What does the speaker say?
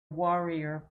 warrior